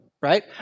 right